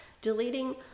deleting